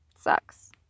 sucks